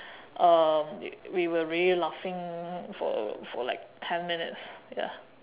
um we were really laughing for for like ten minutes ya